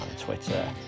Twitter